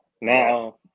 now